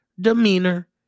demeanor